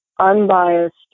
unbiased